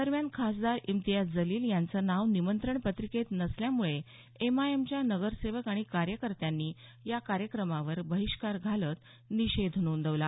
दरम्यान खासदार इम्तियाज जलील यांचं नाव निमंत्रण पत्रिकेत नसल्याम्ळे एमआयएमच्या नगरसेवक आणि कार्यकर्त्यांनी या कार्यक्रमावर बहिष्कार घालत निषेध नोंदवला